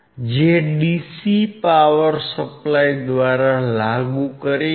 જે DC power supply દ્વારા લાગુ કરીશું